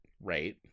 Right